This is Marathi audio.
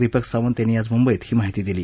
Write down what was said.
दीपक सावंत यांनी आज मुंबईत ही माहिती दिली